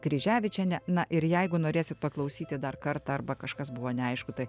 kryževičienė na ir jeigu norėsit paklausyti dar kartą arba kažkas buvo neaišku tai